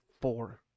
four